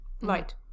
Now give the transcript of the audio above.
Right